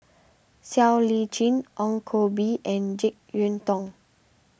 Siow Lee Chin Ong Koh Bee and Jek Yeun Thong